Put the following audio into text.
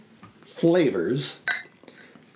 flavors